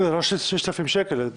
זה משהו כמו 6,000 שקל.